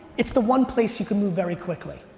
it's the one place you can move very quickly.